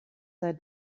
sei